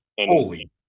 holy